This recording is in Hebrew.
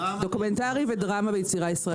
בדוקומנטרי, דרמה ויצירה ישראלית.